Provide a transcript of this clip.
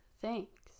Thanks